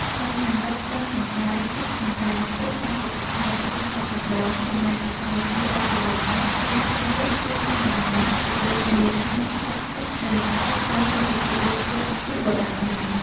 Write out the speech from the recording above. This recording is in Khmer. នៅខាងលិចស្ទឹងសង្កែ ស្រុកសង្កែ ជ្រុងអាគ្នេយ៍ទីក្រុងបាត់ដំបង ចម្ងាយប្រហែលជា ១០ គីឡូម៉ែត្រ មានភ្នំ មួយឈ្មោះ ភ្នំបាណន់ ជាបូជនីយដ្ឋានសក្តិសិទ្ធិ ដែលអ្នកស្រុកតែងធ្វើពិធីបូជាតាំងបុរាណកាល ។